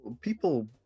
People